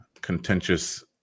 contentious